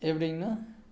எப்படிங்கண்ணா